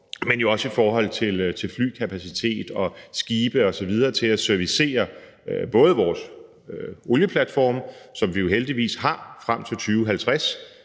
men jo også i forhold til flykapacitet, skibe osv. til at servicere vores olieplatforme – som vi heldigvis har frem til 2050.